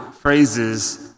phrases